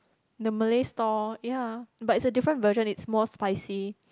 the Malay store ya but it's a different version it's more spicy